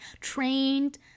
trained